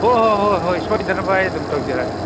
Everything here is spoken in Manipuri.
ꯍꯣꯏ ꯍꯣꯏ ꯍꯣꯏ ꯍꯣꯏ ꯁꯣꯏꯗꯅꯕ ꯑꯩ ꯑꯗꯨꯝ ꯇꯧꯖꯔꯒꯦ